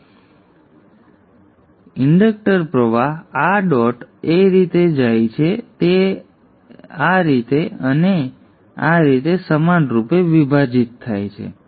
તેથી જ્યારે Q 1 અને Q 2 બંને બંધ હોય ત્યારે ઇન્ડક્ટર પ્રવાહ આ ડોટએ આ રીતે જાય છે તે આ રીતે અને આ રીતે સમાનરૂપે વિભાજિત થાય છે